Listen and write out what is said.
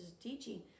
teaching